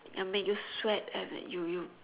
and make you sweat and you you